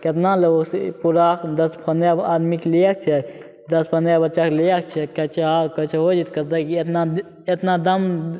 कतना लेबहो पूरा दस पनरह आदमीके लैके छै दस पनरह बच्चाके लैके छै कहै छै हो जेतै एतना एतना दाम